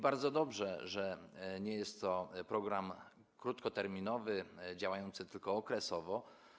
Bardzo dobrze, że nie jest to program krótkoterminowy, działający tylko okresowo.